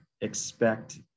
expect